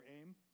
aim